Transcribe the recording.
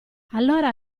allora